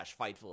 fightful